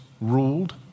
ruled